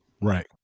right